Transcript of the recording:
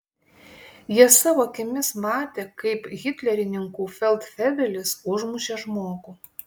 jie savo akimis matė kaip hitlerininkų feldfebelis užmušė žmogų